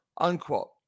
unquote